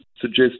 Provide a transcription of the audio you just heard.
suggest